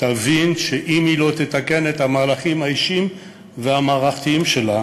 תבין שאם היא לא תתקן את המהלכים האישיים והמערכתיים שלה